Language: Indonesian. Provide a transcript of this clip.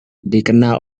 dikenal